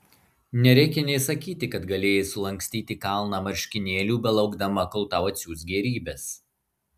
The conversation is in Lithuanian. nereikia nė sakyti kad galėjai sulankstyti kalną marškinėlių belaukdama kol tau atsiųs gėrybes